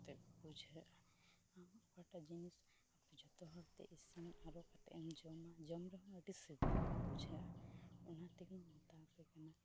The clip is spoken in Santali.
ᱮᱛᱮᱫ ᱵᱩᱡᱷᱟᱹᱜᱼᱟ ᱟᱢ ᱚᱠᱟᱴᱟᱜ ᱡᱤᱱᱤᱥ ᱡᱚᱛᱚᱦᱚᱲᱛᱮ ᱤᱥᱤᱱᱼᱟᱹᱨᱩ ᱠᱟᱛᱮᱢ ᱡᱚᱢᱟ ᱡᱚᱢ ᱨᱮᱦᱚᱸ ᱟᱹᱰᱤ ᱥᱤᱵᱤᱞᱜᱮ ᱵᱩᱡᱷᱟᱹᱜᱼᱟ ᱚᱱᱟᱛᱮᱦᱚᱸᱧ ᱢᱮᱛᱟᱯᱮ ᱠᱟᱱᱟ